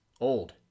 old